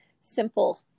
simple